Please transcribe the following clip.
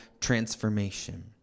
transformation